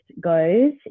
goes